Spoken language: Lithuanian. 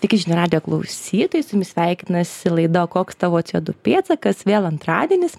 sveiki žinių radijo klausytojai su jumis sveikinasi laida koks tavo cė du pėdsakas vėl antradienis